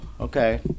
okay